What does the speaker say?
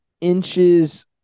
inches